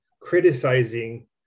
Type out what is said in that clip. criticizing